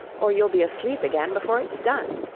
or you'll be asleep again before it's done